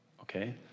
okay